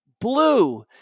blue